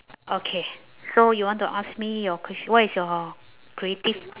okay so you want to ask me your questio~ what is your creative